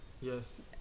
yes